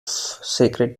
sacred